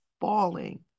falling